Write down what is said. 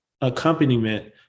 accompaniment